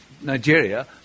Nigeria